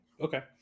Okay